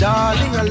Darling